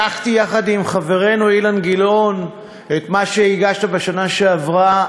לקחתי יחד עם חברנו אילן גילאון את מה שהגשת בשנה שעברה,